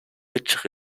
which